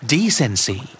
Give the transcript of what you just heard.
Decency